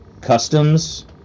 customs